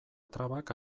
trabak